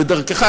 ודרכך,